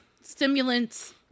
stimulants